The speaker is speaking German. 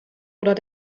oder